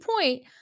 point